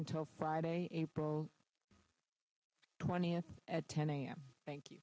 until friday april twentieth at ten a m thank you